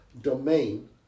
domain